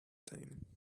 time